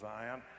Zion